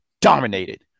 dominated